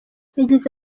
yagize